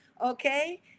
okay